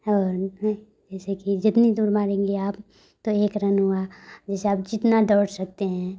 और मैं जैसे कि जितनी दूर मारेंगे आप तो एक रन हुआ जैसे आप जितना दौड़ सकते हैं